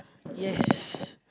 yes